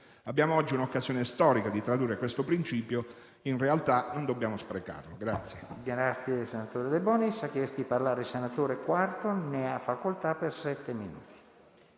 Abbiamo oggi un'occasione storica di tradurre questo principio in realtà e non dobbiamo sprecarlo.